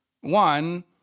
One